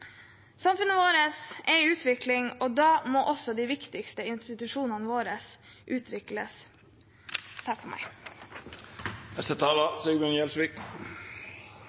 Samfunnet vårt er i utvikling, og da må også de viktigste institusjonene våre utvikles. Senterpartiet tror på hele Norge. Vi kjemper for